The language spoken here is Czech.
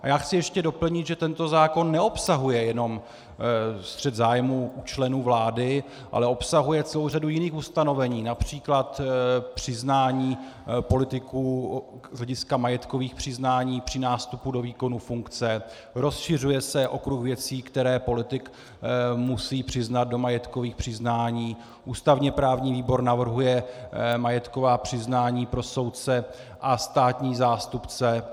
A já chci ještě doplnit, že tento zákon neobsahuje jenom střet zájmů u členů vlády, ale obsahuje celou řadu jiných ustanovení, např. přiznání politiků z hlediska majetkových přiznání při nástupu do výkonu funkce, rozšiřuje se okruh věcí, které politik musí přiznat do majetkových přiznání, ústavněprávní výbor navrhuje majetková přiznání pro soudce a státní zástupce.